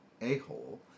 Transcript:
A-Hole